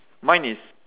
mine is